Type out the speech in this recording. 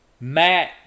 Matt